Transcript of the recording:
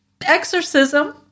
exorcism